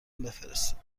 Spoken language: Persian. بفرستید